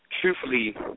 truthfully